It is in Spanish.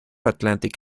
atlantic